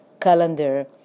calendar